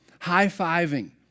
high-fiving